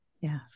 Yes